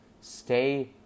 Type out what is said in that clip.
stay